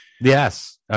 Yes